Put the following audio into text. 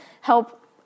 help